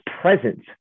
present